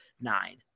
nine